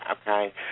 okay